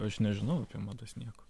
aš nežinau apie madas nieko